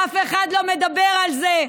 אף אחד לא מדבר על זה.